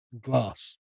glass